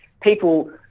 people